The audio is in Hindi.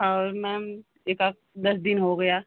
और मैम एकाध दस दिन हो गया